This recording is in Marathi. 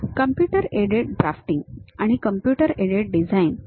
कॉम्प्युटर एडेड ड्राफ्टिंग आणि कॉम्प्युटर एडेड डिझाइनिंग